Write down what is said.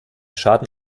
schaden